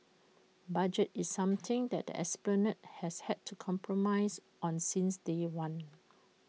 budget is something that the esplanade has had to compromise on since day one